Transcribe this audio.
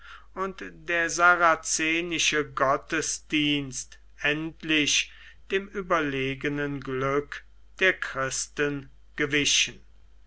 und der saracenische gottesdienst endlich dem überlegenen glück der christen gewichen